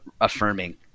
affirming